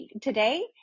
today